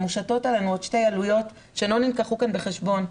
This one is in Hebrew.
מושתות עלינו עוד שתי עלויות שלא נלקחו כאן בחשבון.